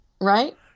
Right